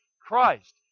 Christ